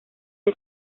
del